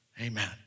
Amen